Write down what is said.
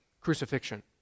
crucifixion